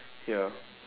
ya